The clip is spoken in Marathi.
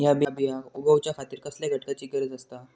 हया बियांक उगौच्या खातिर कसल्या घटकांची गरज आसता?